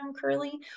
curly